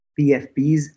PFPs